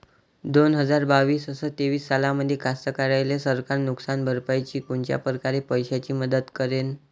दोन हजार बावीस अस तेवीस सालामंदी कास्तकाराइले सरकार नुकसान भरपाईची कोनच्या परकारे पैशाची मदत करेन?